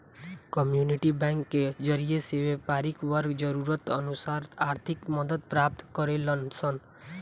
community bank के जरिए से व्यापारी वर्ग जरूरत अनुसार आर्थिक मदद प्राप्त करेलन सन